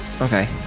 Okay